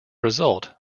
result